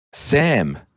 Sam